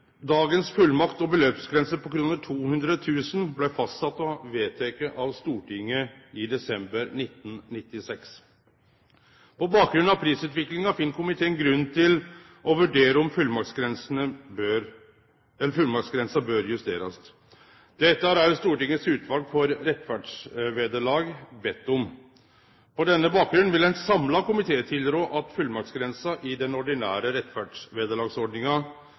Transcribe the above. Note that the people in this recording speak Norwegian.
Dagens fullmakts- og beløpsgrense på 200 000 kr blei fastsett og vedteken av Stortinget i desember 1996. På bakgrunn av prisutviklinga finn komiteen grunn til å vurdere om fullmaktsgrensa bør justerast. Dette har òg Stortingets utval for rettferdsvederlag bedt om. På denne bakgrunn vil ein samla komité tilrå at fullmaktsgrensa i den ordinære